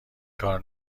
کار